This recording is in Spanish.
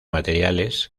materiales